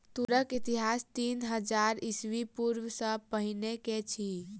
तूरक इतिहास तीन हजार ईस्वी पूर्व सॅ पहिने के अछि